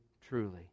truly